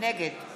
נגד